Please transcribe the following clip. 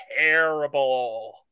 terrible